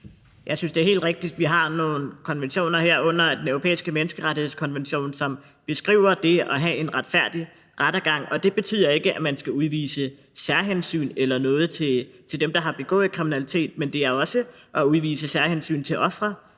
Jeg synes, det er helt rigtigt, at vi har nogle konventioner, herunder Den Europæiske Menneskerettighedskonvention, som beskriver det at have en retfærdig rettergang, og det betyder ikke, at man skal udvise særhensyn eller noget til dem, der har begået kriminalitet. Men det er også at udvise særhensyn til ofrene.